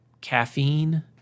caffeine